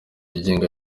ryigenga